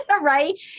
right